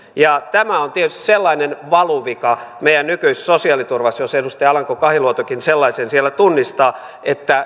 tämä on tietysti sellainen valuvika meidän nykyisessä sosiaaliturvassamme jos edustaja alanko kahiluotokin sellaisen siellä tunnistaa että